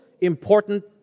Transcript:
important